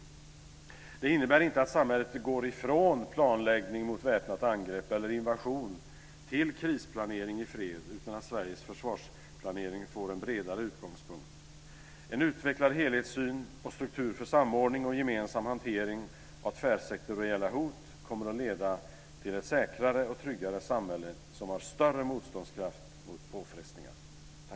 Detta innebär inte att samhället går ifrån planläggning mot väpnat angrepp eller invasion till krisplanering i fred utan att Sveriges försvarsplanering får en beredare utgångspunkt. En utvecklad helhetssyn och struktur för samordning och gemensam hantering av tvärsektoriella hot kommer att leda till ett säkrare och tryggare samhälle som har större motståndskraft mot påfrestningar.